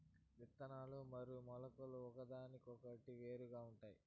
ఇత్తనాలు మరియు మొలకలు ఒకదానికొకటి వేరుగా ఉంటాయి